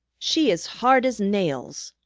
she is hard as nails!